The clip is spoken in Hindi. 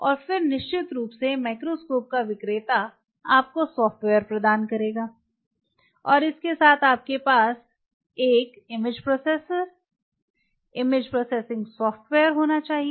और फिर निश्चित रूप से माइक्रोस्कोप का विक्रेता आपको सॉफ्टवेयर प्रदान करेगा और इसके साथ आपके पास एक इमेजप्रोसेसर इमेज प्रोसेसिंग सॉफ्टवेयर होना चाहिए